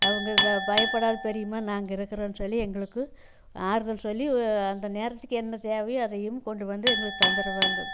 அவங்க இதை பயப்படாதே பெரியம்மா நாங்கள் இருக்கிறோன்னு சொல்லி எங்களுக்கு ஆறுதல் சொல்லி அந்த நேரத்துக்கு என்ன தேவையோ அதையும் கொண்டு வந்து எங்களுக்கு தந்துடுவாங்கோ